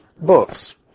books